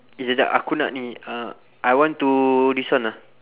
eh jap jap aku nak ni uh I want to this one ah